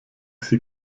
sie